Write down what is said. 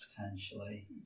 potentially